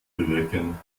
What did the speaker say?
bewirken